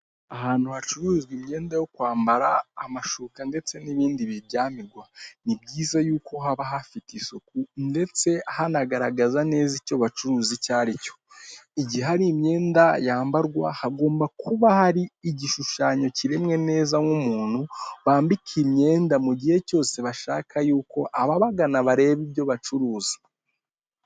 Ahantu hacuruzwa imyenda yo kwambara, amashuka ndetse n'ibindi biryamirwa ni byiza yuko haba hafite isuku ndetse hanagaragaza neza icyo bacuruza icyo ari cyo. Igihe hari imyenda yambarwa hagomba kuba hari igishushanyo kiremwe neza nk'umuntu bambika imyenda mu gihe cyose bashaka yuko ababagana bareba ibyo bacuruza.